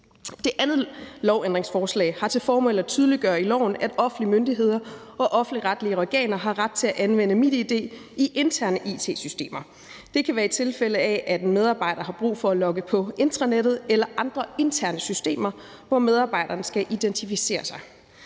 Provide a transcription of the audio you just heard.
Det andet lovændringsforslag har til formål at tydeliggøre i loven, at offentlige myndigheder og offentligretlige organer har ret til at anvende MitID i interne it-systemer. Det kan være i tilfælde af, at en medarbejder har brug for at logge på intranettet eller andre interne systemer, hvor medarbejderen skal identificere sig.